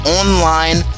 online